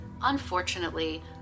unfortunately